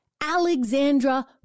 Alexandra